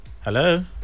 Hello